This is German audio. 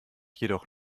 jedoch